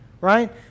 right